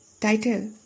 Title